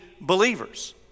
believers